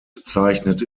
bezeichnet